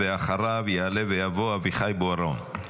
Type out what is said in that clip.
אחריו יעלה ויבוא אביחי בוארון.